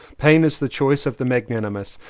pain is the choice of the magnanimous.